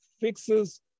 fixes